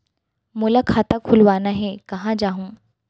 मोला खाता खोलवाना हे, कहाँ जाहूँ?